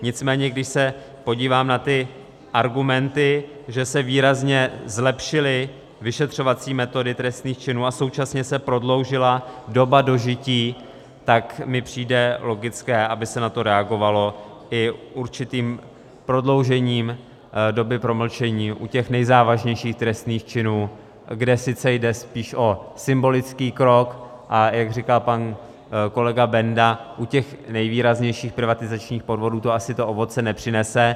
Nicméně když se podívám na ty argumenty, že se výrazně zlepšily vyšetřovací metody trestných činů a současně se prodloužila doba dožití, tak mi přijde logické, aby se na to reagovalo i určitým prodloužením doby promlčení u těch nejzávažnějších trestných činů, kde sice jde spíš o symbolický krok, a jak říkal pan kolega Benda, u těch nejvýraznějších privatizačních podvodů to asi to ovoce nepřinese.